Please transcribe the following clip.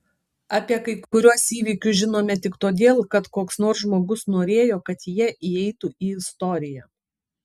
apie kai kuriuos įvykius žinome tik todėl kad koks nors žmogus norėjo kad jie įeitų į istoriją